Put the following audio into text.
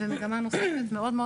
ומגמה נוספת מאוד מאוד